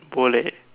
boleh